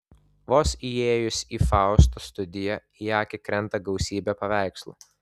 vos įėjus į faustos studiją į akį krenta gausybė paveikslų